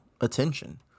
attention